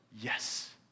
Yes